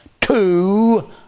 two